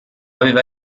aveva